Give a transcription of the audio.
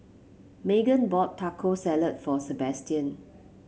Magen bought Taco Salad for Sabastian